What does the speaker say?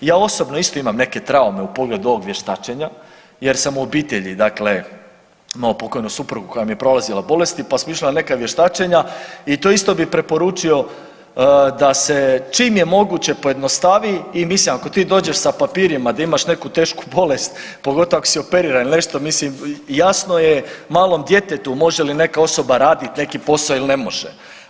Ja osobno isto imam neke traume u pogledu ovog vještačenja jer sam u obitelji dakle imao pokojnu suprugu koja mi je prolazila bolesti pa smo išli na neka vještačenja i to isto bi preporučio da se čim je moguće pojednostavi i mislim ako ti dođeš sa papirima da imaš neku tešku bolest pogotovo ako si operiran ili nešto mislim jasno je malom djetetu može li neka osoba raditi neki posao ili ne može.